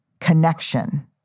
connection